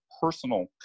personal